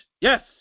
Yes